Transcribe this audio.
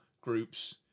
groups